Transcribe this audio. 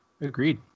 Agreed